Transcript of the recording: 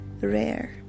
rare